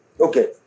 okay